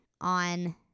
on